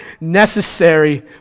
necessary